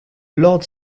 lord